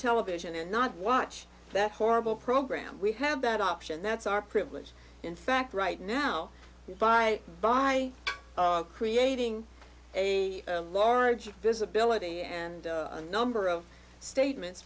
television and not watch that horrible program we have that option that's our privilege in fact right now by by creating large visibility and a number of statements